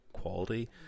quality